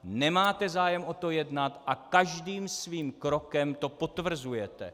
Nemáte zájem o tom jednat a každým svým krokem to potvrzujete.